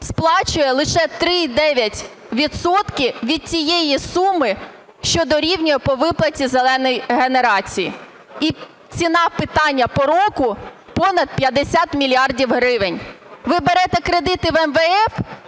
сплачує лише 3,9 відсотки від тієї суми, що дорівнює по виплаті "зеленій" генерації. І ціна питання по року понад 50 мільярдів гривень. Ви берете кредити в МВФ,